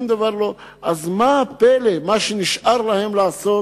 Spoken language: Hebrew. מה הפלא שמה שנשאר להם לעשות